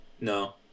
No